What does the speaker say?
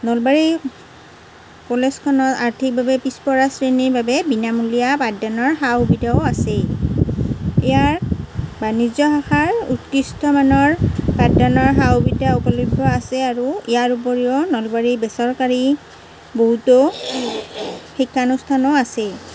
নলবাৰী কলেজখনত আৰ্থিকভাৱে পিছপৰা শ্ৰেণীৰ বাবে বিনামূলীয়া পাঠদানৰ সা সুবিধাও আছে ইয়াৰ বাণিজ্য শাখাৰ উৎকৃষ্টমানৰ পাঠদানৰ সা সুবিধা উপলব্ধ আছে আৰু ইয়াৰ উপৰিও নলবাৰী বেচৰকাৰী বহুতো শিক্ষানুষ্ঠানো আছে